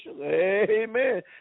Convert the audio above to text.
Amen